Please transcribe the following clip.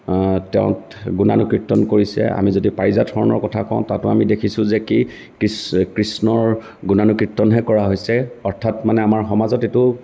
তেওঁক গুণানুকীৰ্তন কৰিছে আমি যদি পাৰিজাত হৰণৰ কথা কওঁ তাতো আমি দেখিছোঁ যে কি কৃষ্ণৰ গুণানুকীৰ্তনহে কৰা হৈছে অৰ্থাৎ মানে আমাৰ সমাজত এইটো